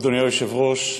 אדוני היושב-ראש,